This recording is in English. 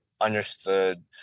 understood